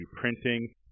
printing